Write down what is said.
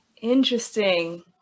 Interesting